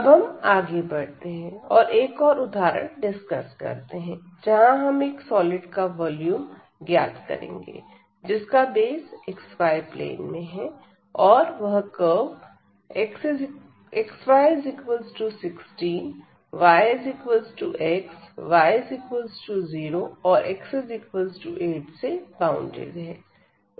अब हम आगे बढ़ते हैं और एक दूसरा उदाहरण डिस्कस करते हैं जहां हम एक सॉलिड का वॉल्यूम ज्ञात करेंगे जिसका बेस xy प्लेन में है और वह कर्व xy16 yx y0 और x 8 से बॉउंडेड है